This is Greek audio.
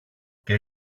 και